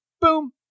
boom